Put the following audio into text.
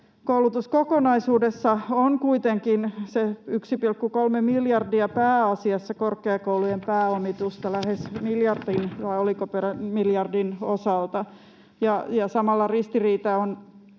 Koulutuskokonaisuudessa on kuitenkin se 1,3 miljardia pääasiassa korkeakoulujen pääomitusta, lähes miljardin vai oliko peräti miljardin